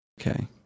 Okay